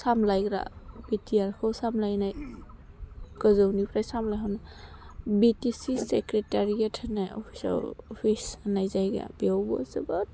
सामलायग्रा B T R खौ सामलायनाय गोजौनिफ्राय सामलायनाय बि टि सि सेक्रेटारियेट होननाय अफिस होननाय जायगा बेयावबो जोबोद